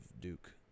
Duke